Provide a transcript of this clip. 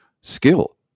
skill